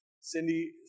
Cindy